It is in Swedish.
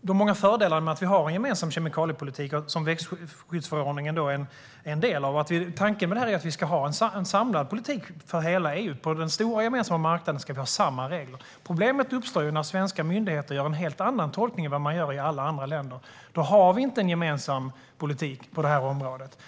de många fördelarna med att vi har en gemensam kemikaliepolitik, som växtskyddsförordningen är en del av. Tanken med detta är att vi ska ha en samlad politik för hela EU. På den stora gemensamma marknaden ska vi ha samma regler. Problemet uppstår när svenska myndigheter gör en helt annan tolkning än vad man gör i alla andra länder. Då har vi inte en gemensam politik på området.